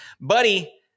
buddy